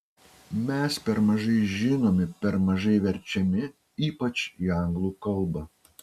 mes per mažai žinomi per mažai verčiami ypač į anglų kalbą